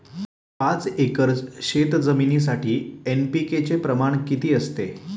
पाच एकर शेतजमिनीसाठी एन.पी.के चे प्रमाण किती असते?